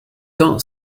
thun